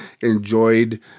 enjoyed